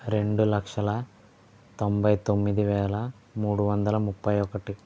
రెండు లక్షల తొంభై తొమ్మిది వేల మూడు వందల ముప్పై ఒకటి